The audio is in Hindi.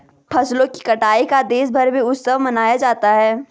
फसलों की कटाई का देशभर में उत्सव मनाया जाता है